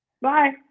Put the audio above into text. Bye